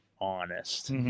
honest